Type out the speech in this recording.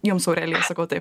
jums aurelija sakau taip